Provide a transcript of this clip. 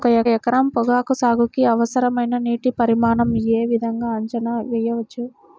ఒక ఎకరం పొగాకు సాగుకి అవసరమైన నీటి పరిమాణం యే విధంగా అంచనా వేయవచ్చు?